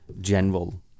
general